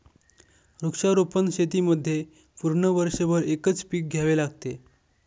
वृक्षारोपण शेतीमध्ये पूर्ण वर्षभर एकच पीक घ्यावे लागते